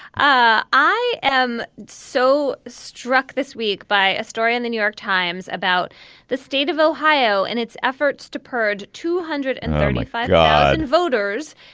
i am so struck this week by a story in the new york times about the state of ohio and its efforts to purge two hundred and thirty like five ah and voters.